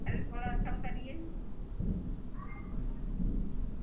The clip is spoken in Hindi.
अरे थोड़ा कम करिए